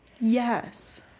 Yes